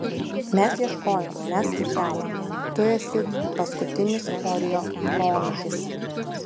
mes ieškojom mes skaičiavom tu esi paskutinis orio proanūkis